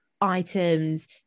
items